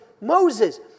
Moses